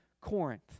Corinth